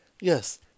Yes